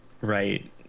Right